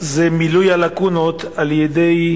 זה מילוי הלקונות על-ידי